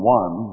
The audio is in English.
one